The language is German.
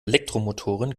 elektromotoren